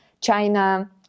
China